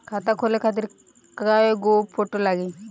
खाता खोले खातिर कय गो फोटो लागी?